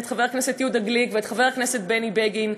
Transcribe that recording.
את חבר הכנסת יהודה גליק ואת חבר הכנסת בני בגין,